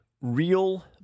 real